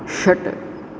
षट्